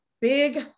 Big